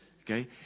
Okay